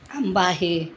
आंबा आहे